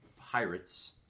Pirates